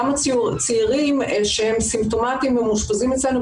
גם הצעירים שהם סימפטומטיים ומאושפזים אצלנו,